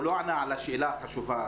הוא לא ענה על השאלה החשובה,